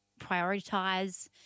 prioritise